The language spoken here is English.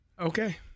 okay